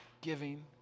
giving